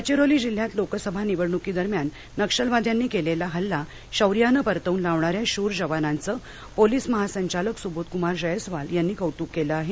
गडचिरोली जिल्ह्यात लोकसभा निवडणुकीदरम्यान नक्षवाद्यांनी केलेला हल्ला शौर्यानं परतवून लावणाऱ्या शूर जवानांचं पोलिस महासंचालक सुबोधकुमार जयस्वाल यांनी कौतूक केलं आहे